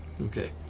okay